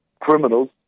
criminals